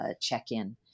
check-in